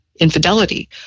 infidelity